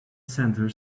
center